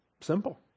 simple